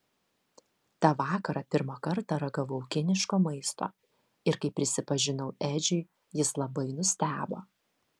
tą vakarą pirmą kartą ragavau kiniško maisto ir kai prisipažinau edžiui jis labai nustebo